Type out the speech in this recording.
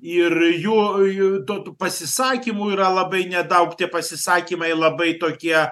ir juo jo to to pasisakymų yra labai nedaug tie pasisakymai labai tokie